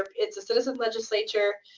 it's a citizen legislature.